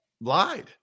lied